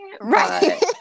right